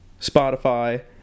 Spotify